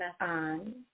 on